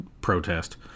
protest